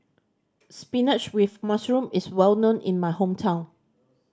spinach with mushroom is well known in my hometown